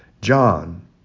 John